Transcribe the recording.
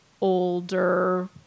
older